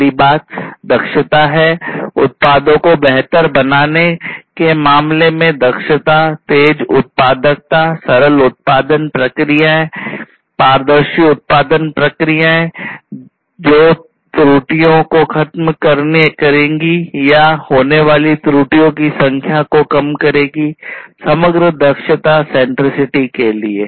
अगली बात दक्षता है उत्पादों को बेहतर बनाने के मामले में दक्षता तेज उत्पादकता सरल उत्पादन प्रक्रियाएं पारदर्शी उत्पादन प्रक्रियाएं जो त्रुटियां को खत्म करेगी या होने वाली त्रुटियों की संख्या को कम करेगी समग्र दक्षता सेंट्रिसिटी के लिए